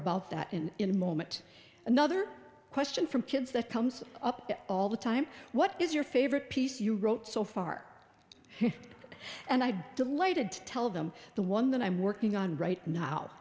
about that in in a moment another question from kids that comes up all the time what is your favorite piece you wrote so far and i'd delighted to tell them the one that i'm working on right now